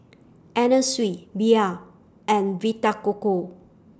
Anna Sui Bia and Vita Coco